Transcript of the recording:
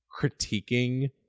critiquing